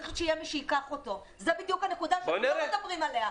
צריך גם שיהיה מישהו שייקח אותו זו בדיוק הנקודה שלא מדברים עליה.